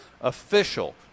official